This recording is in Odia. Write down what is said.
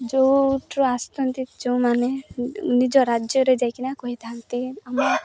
ଯେଉଁଠୁ ଆସିଛନ୍ତି ଯେଉଁମାନେ ନିଜ ରାଜ୍ୟରେ ଯାଇକିନା କହିଥାନ୍ତି ଆମ